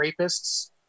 rapists